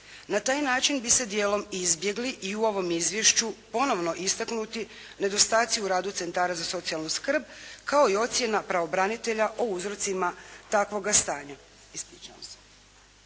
Na taj način bi se dijelom izbjegli i u ovom izvješću ponovno istaknuti nedostaci u radu centara za socijalnu skrb, kao i ocjena pravobranitelja o uzrocima takvoga stanja.